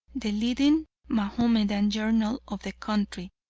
the leading mahomedan journal of the country,